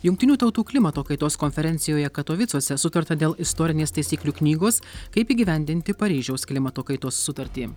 jungtinių tautų klimato kaitos konferencijoje katovicuose sutarta dėl istorinės taisyklių knygos kaip įgyvendinti paryžiaus klimato kaitos sutartį